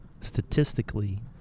statistically